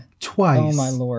twice